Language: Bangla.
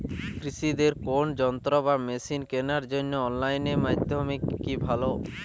কৃষিদের কোন যন্ত্র বা মেশিন কেনার জন্য অনলাইন মাধ্যম কি ভালো?